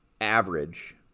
average